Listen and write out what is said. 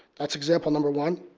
that's example number one.